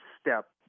step